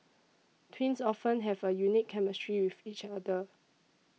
twins often have a unique chemistry with each other